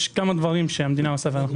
יש כמה דברים שהמדינה עושה ואנחנו